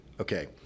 Okay